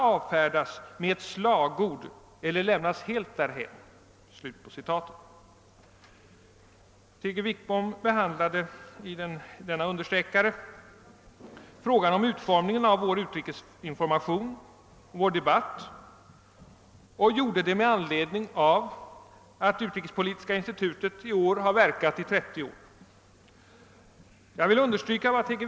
avfärdas med :ett slagord eller lämnas-helt därhän.> en av vår utrikesinformation 'och vår debatt. Han gjorde det.-med anledning av att Utrikespolitiska: institutet i år verkat i 30 år. Jag vill understryka vad T.G.